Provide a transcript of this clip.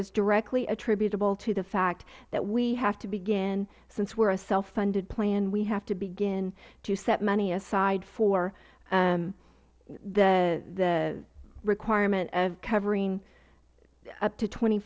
was directly attributable to the fact that we have to begin since we are a self funded plan we have to begin to set money aside for the requirement of covering up to twenty